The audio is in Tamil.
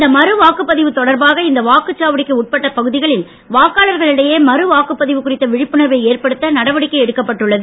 இந்த மறு வாக்குப்பதிவு தொடர்பாக இந்த வாக்குச்சாவடிக்கு உட்பட்ட பகுதிகளில் வாக்காளர்கடையே மறு வாக்குப்பதிவு குறித்த விழிப்புணர்வை ஏற்படுத்த நடவடிக்கை எடுக்கப்பட்டு உள்ளது